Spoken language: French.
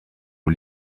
aux